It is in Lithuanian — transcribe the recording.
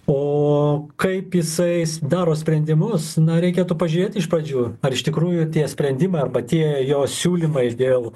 o kaip jisai daro sprendimus na reikėtų pažiūrėt iš pradžių ar iš tikrųjų tie sprendimai arba tie jo siūlymai dėl